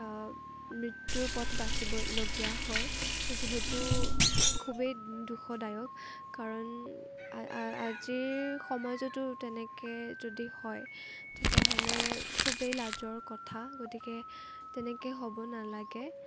মৃত্যুৰ পথ বাচিবলগীয়া হয় যিহেতু খুবেই দুখদায়ক কাৰণ আজিৰ সমাজতো তেনেকে যদি হয় তেতিয়াহ'লে খুবেই লাজৰ কথা গতিকে তেনেকে হ'ব নালাগে